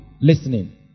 listening